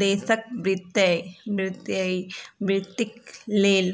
देशक वित्तीय वृद्धिक लेल